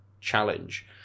challenge